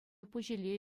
пуҫиле